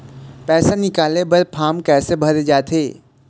पैसा निकाले बर फार्म कैसे भरे जाथे?